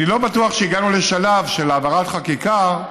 אני לא בטוח שהגענו לשלב של העברת חקיקה,